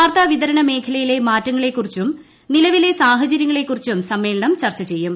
വാർത്താ വിതരണ മേഖലയിലെ മാറ്റങ്ങളെ കുറിച്ചും നിലവിലെ സാഹചര്യങ്ങളെക്കുറിച്ചും സമ്മേളനം ചർച്ച ചെയ്യും